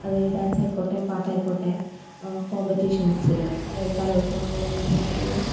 അത് ഡാൻസായിക്കോട്ടെ പാട്ടായിക്കോട്ടെ കോമ്പറ്റീഷൻസ്സിൽ അതായത് കലോത്സവം പോലുള്ള സ്ഥലങ്ങളിൽ